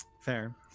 Fair